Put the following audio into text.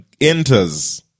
enters